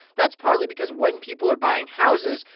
that's partly because when people are buying houses,